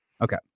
Okay